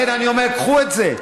לכן אני אומר, קחו את זה.